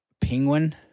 Penguin